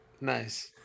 Nice